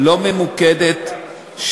לא ממוקדת,